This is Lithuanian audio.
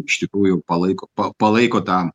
iš tikrųjų palaiko pa palaiko tą